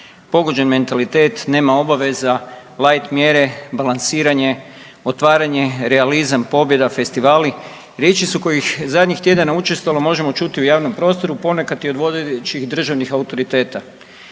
pogođen mentalitet, nema obaveza, light mjere, balansiranje, otvaranje realizam, pobjeda, festivali riječi su kojih zadnjih tjedana učestalo možemo čuti u javnom prostoru ponekad i od vodećih državnih autoriteta.